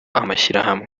amashyirahamwe